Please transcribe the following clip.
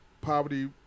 poverty